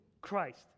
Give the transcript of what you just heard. Christ